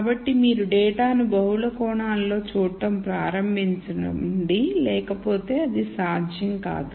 కాబట్టి మీరు డేటాను బహుళ కోణాలలో చూడటం ప్రారంభించండి లేకపోతే అది సాధ్యం కాదు